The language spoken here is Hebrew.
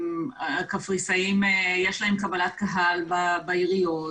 אם לקפריסאים יש קבלת קהל בעיריות,